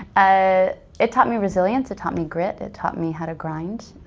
ah it taught me resilience, it taught me grit, it taught me how to grind.